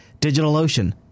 DigitalOcean